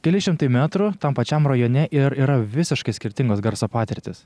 keli šimtai metrų tam pačiam rajone ir yra visiškai skirtingos garso patirtys